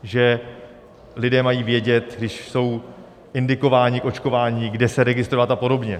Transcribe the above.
Že lidé mají vědět, když jsou indikováni k očkování, kde se registrovat a podobně.